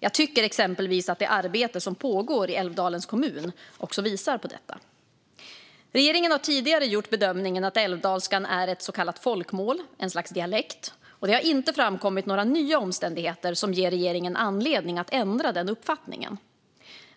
Jag tycker exempelvis att det arbete som pågår i Älvdalens kommun också visar på detta. Regeringen har tidigare gjort bedömningen att älvdalskan är ett så kallat folkmål, ett slags dialekt, och det har inte framkommit några nya omständigheter som ger regeringen anledning att ändra den uppfattningen.